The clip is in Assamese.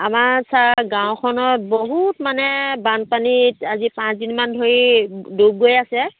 আমাৰ ছাৰ গাওঁখনত বহুত মানে বানপানীত আজি পাঁচদিনমান ধৰি ডুব গৈ আছে